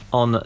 on